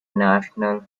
national